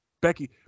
Becky